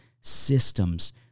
Systems